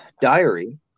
diary